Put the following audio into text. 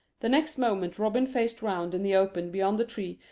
the next moment robin faced round in the open beyond the tree,